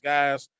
Guys